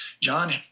John